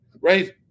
right